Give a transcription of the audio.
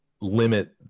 limit